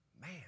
man